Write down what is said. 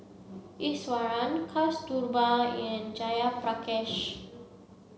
Iswaran Kasturba and Jayaprakash